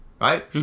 right